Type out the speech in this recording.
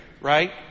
Right